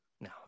No